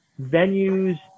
venues